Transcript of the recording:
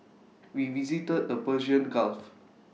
we visited the Persian gulf